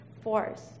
force